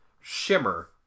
Shimmer